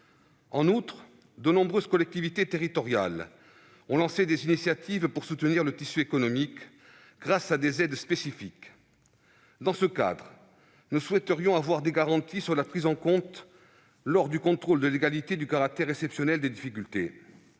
En outre, de nombreuses collectivités territoriales ont lancé des initiatives pour soutenir le tissu économique grâce à des aides spécifiques. Dans ce cadre, nous souhaiterions avoir des garanties sur la prise en compte, lors du contrôle de légalité, du caractère exceptionnel des difficultés